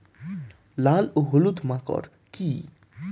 লাল ও হলুদ মাকর কী?